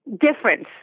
difference